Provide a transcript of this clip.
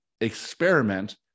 Experiment